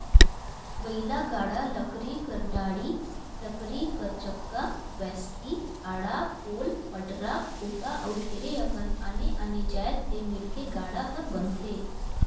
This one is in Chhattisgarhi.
बइला गाड़ा लकरी कर डाड़ी, लकरी कर चक्का, बैसकी, आड़ा, पोल, पटरा, खूटा अउ ढेरे अकन आने आने जाएत ले मिलके गाड़ा हर बनथे